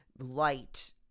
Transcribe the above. light